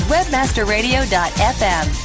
WebmasterRadio.fm